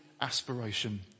aspiration